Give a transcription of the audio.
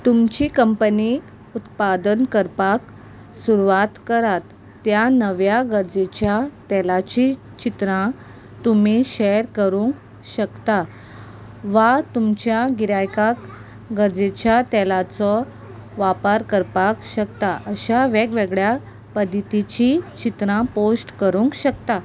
तुमची कंपनी उत्पादन करपाक सुरवात करात त्या नव्या गरजेच्या तेलाची चित्रां तुमी शॅर करूंक शकता वा तुमच्या गिरायकांक गरजेच्या तेलाचो वापर करपाक शकता अशा वेगवेगळ्या पद्दतींचीं चित्रां पोस्ट करूंक शकता